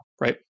right